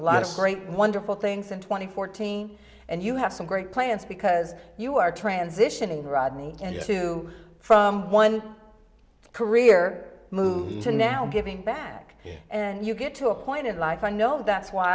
lot of great wonderful things in twenty fourteen and you have some great plans because you are transitioning rodney to from one career move to now giving back and you get to a point in life i know that's why